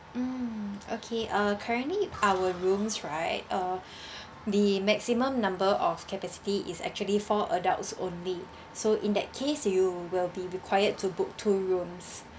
mm okay uh currently our rooms right uh the maximum number of capacity is actually four adults only so in that case you will be required to book two rooms